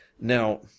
Now